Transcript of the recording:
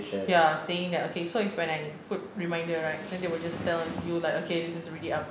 ya saying that okay so if when I put reminder right then they will just tell you like okay this is already up